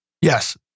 Yes